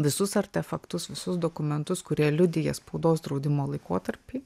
visus artefaktus visus dokumentus kurie liudija spaudos draudimo laikotarpį